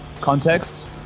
context